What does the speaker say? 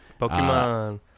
Pokemon